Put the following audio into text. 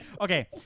Okay